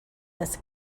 this